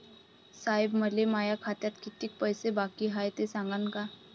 साहेब, मले माया खात्यात कितीक पैसे बाकी हाय, ते सांगान का?